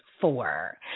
four